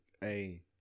Hey